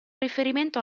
riferimento